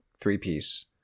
three-piece